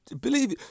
Believe